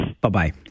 Bye-bye